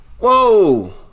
whoa